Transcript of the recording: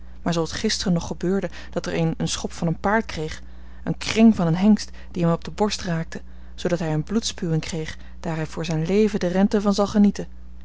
maar zooals t gisteren nog gebeurde dat er een een schop van een paard kreeg een kreng van een hengst die hem op de borst raakte zoodat hij een bloedspuwing kreeg daar hij voor zijn leven de rente van zal genieten